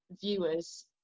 viewers